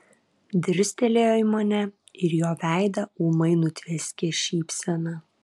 dirstelėjo į mane ir jo veidą ūmai nutvieskė šypsena